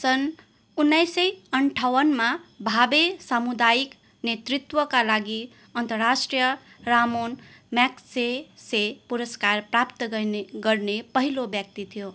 सन् उन्नाइस सय अन्ठाउन्नमा भाभे सामुदायिक नेतृत्वका लागि अन्तर्राष्ट्रिय रामोन म्याक्सेसे पुरस्कार प्राप्त गर्ने गर्ने पहिलो व्यक्ति थियो